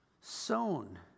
sown